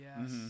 yes